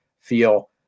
feel